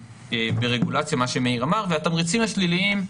מה שמאיר אמר, והתמריצים הם שליליים.